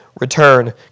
return